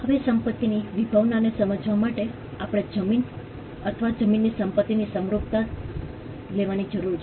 હવે સંપત્તિની વિભાવનાને સમજવા માટે આપણે જમીન અથવા જમીનની સંપતિની સમરૂપતા લેવાની જરૂર છે